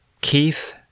Keith